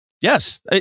Yes